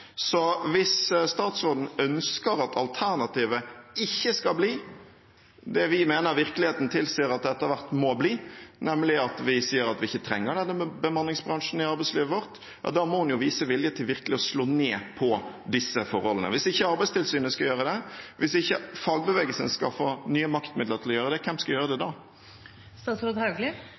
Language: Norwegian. Hvis statsråden ønsker at alternativet ikke skal bli det vi mener virkeligheten tilsier at det etter hvert må bli, nemlig at vi sier at vi ikke trenger denne bemanningsbransjen i arbeidslivet vårt, ja, da må hun vise vilje til virkelig å slå ned på disse forholdene. Hvis ikke Arbeidstilsynet skal gjøre det, hvis ikke fagbevegelsen skal få nye maktmidler til å gjøre det, hvem skal gjøre det